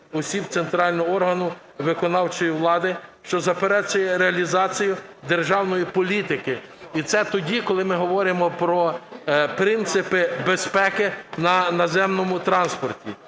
осіб центрального органу виконавчої влади, що забезпечує реалізацію державної політики. І це тоді, коли ми говоримо про принципи безпеки на наземному транспорті.